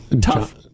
Tough